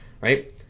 right